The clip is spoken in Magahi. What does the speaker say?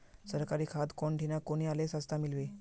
सरकारी खाद कौन ठिना कुनियाँ ले सस्ता मीलवे?